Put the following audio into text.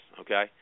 Okay